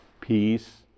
peace